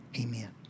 Amen